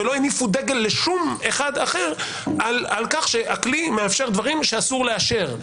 ולא הניפו דגל על כך שהכלי מאפשר דברים שאסור לאשר.